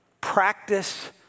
practice